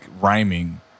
rhyming